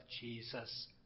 Jesus